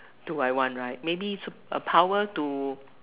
do I want right maybe superpower to